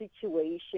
situation